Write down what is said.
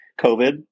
COVID